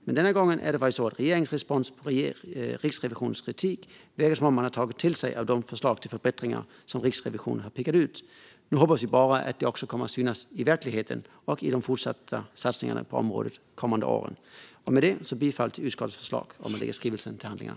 Men denna gång verkar det som om regeringen, med tanke på responsen på Riksrevisionens kritik, har tagit till sig av de förslag till förbättringar som Riksrevisionen har pekat ut. Nu hoppas vi bara att det också kommer att synas i verkligheten och i de fortsatta satsningarna på området de kommande åren. Jag yrkar bifall till utskottets förslag om att lägga skrivelsen till handlingarna.